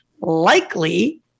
likely